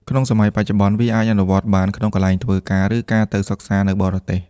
ក្នុងសម័យបច្ចុប្បន្ន វាអាចអនុវត្តបានក្នុងកន្លែងធ្វើការ ឬការទៅសិក្សានៅបរទេស។